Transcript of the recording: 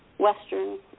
Western